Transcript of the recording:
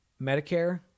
Medicare